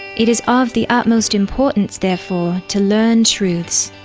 it is of the utmost importance, therefore, to learn truths.